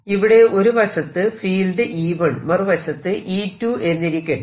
ഇവിടെ ഒരുവശത്ത് field E 1 മറുവശത്ത് E 2 എന്നിരിക്കട്ടെ